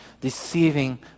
deceiving